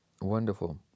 wonderful